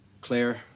Claire